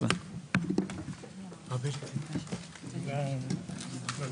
11:54.